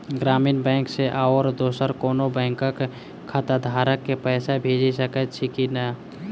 ग्रामीण बैंक सँ आओर दोसर कोनो बैंकक खाताधारक केँ पैसा भेजि सकैत छी की नै?